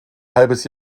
halbes